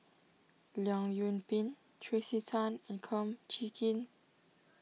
Leong Yoon Pin Tracey Tan and Kum Chee Kin